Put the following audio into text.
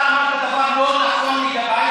אתה אמרת דבר לא נכון לגבי,